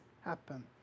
happen